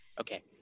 Okay